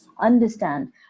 understand